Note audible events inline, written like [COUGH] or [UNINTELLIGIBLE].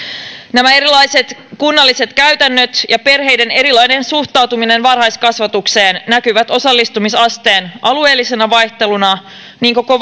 nämä erilaiset kunnalliset käytännöt ja perheiden erilainen suhtautuminen varhaiskasvatukseen näkyvät osallistumisasteen alueellisena vaihteluna niin koko [UNINTELLIGIBLE]